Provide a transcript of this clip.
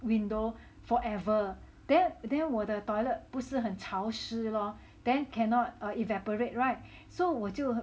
window forever then then 我的 toilet 不是很潮湿 lor then cannot err evaporate [right] so 我就